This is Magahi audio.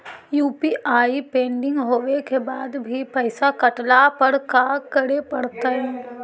यु.पी.आई पेंडिंग होवे के बाद भी पैसा कटला पर का करे पड़तई?